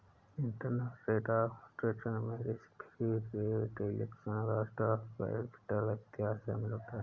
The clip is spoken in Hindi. इंटरनल रेट ऑफ रिटर्न में risk free rate, inflation, cost of capital इत्यादि शामिल होता है